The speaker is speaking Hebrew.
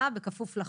בכפוף לחוק.